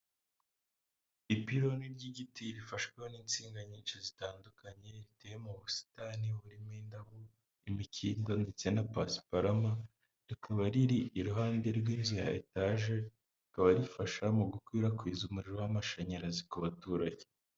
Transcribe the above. Ipironi ry'igiti rifashweho n'insinga nyinshi zitandukanye, riteye mu busitani burimo indabo, imikindo ndetse na pasiparama, rikaba riri iruhande rw'inzu ya etaje, rikaba rifasha mu gukwirakwiza umuriro w'amashanyarazi ku baturage.